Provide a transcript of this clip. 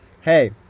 hey